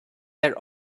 their